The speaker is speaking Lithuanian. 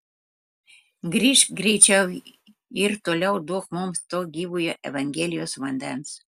grįžk greičiau ir toliau duok mums to gyvojo evangelijos vandens